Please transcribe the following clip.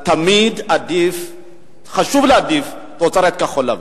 שתמיד חשוב להעדיף תוצרת כחול-לבן.